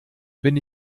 bin